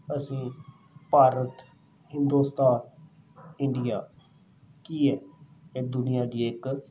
ਅਸੀਂ ਭਾਰਤ ਹਿੰਦੁਸਤਾਨ ਇੰਡੀਆ ਕੀ ਹੈ ਇਹ ਦੁਨੀਆ ਦੀ ਇੱਕ